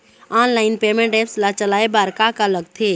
Online payment apps ला चलाए बार का का लगथे?